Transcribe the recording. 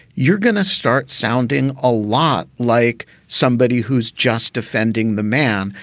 you're going to start sounding a lot like somebody who's just defending the man.